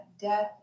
death